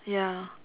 ya